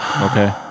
Okay